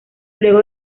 luego